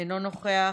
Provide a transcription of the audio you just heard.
אינו נוכח,